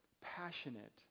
passionate